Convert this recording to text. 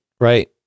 right